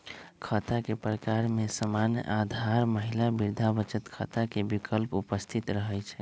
खता के प्रकार में सामान्य, आधार, महिला, वृद्धा बचत खता के विकल्प उपस्थित रहै छइ